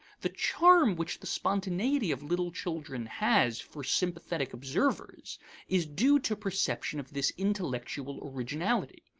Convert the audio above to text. the charm which the spontaneity of little children has for sympathetic observers is due to perception of this intellectual originality.